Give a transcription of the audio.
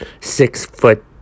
six-foot